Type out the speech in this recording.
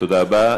תודה רבה.